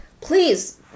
please